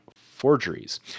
forgeries